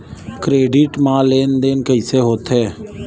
Credit मा लेन देन कइसे होथे?